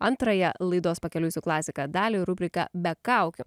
antrąją laidos pakeliui su klasika dalį rubriką be kaukių